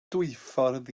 dwyffordd